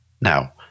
Now